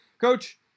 Coach